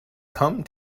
come